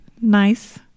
nice